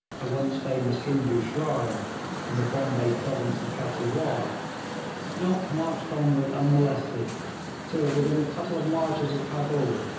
a once famous hindoo shrine in the bombay province of kattiawar nott marched onward unmolested till within a couple of marches of cabul,